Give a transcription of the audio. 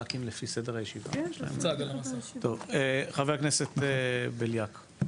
טוב, חבר הכנסת בליאק.